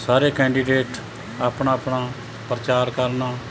ਸਾਰੇ ਕੈਂਡੀਡੇਟ ਆਪਣਾ ਆਪਣਾ ਪ੍ਰਚਾਰ ਕਰਨਾ